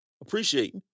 Appreciate